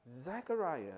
Zechariah